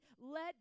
let